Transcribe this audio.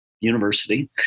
University